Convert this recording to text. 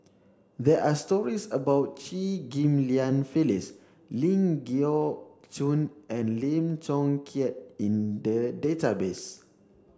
there are stories about Chew Ghim Lian Phyllis Ling Geok Choon and Lim Chong Keat in the database